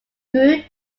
grew